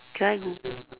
can I google